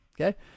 Okay